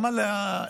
גם על האזרחים,